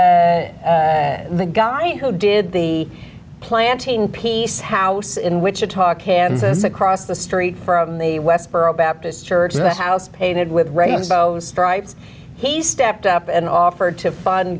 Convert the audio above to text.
the guy who did the planting peace house in wichita kansas across the street from the westboro baptist church in the house painted with rainbow stripes he stepped up and offered to fund